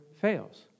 fails